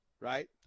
right